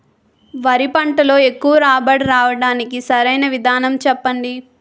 వరి పంటలో ఎక్కువ రాబడి రావటానికి సరైన విధానం చెప్పండి?